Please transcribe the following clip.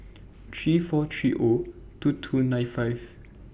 three four three O two two nine five